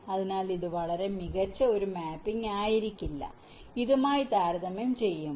അതിനാൽ ഇത് വളരെ മികച്ച മാപ്പിംഗ് ആയിരിക്കില്ല ഇതുമായി താരതമ്യം ചെയ്യുമ്പോൾ